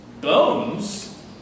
bones